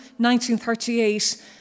1938